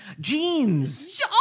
Jeans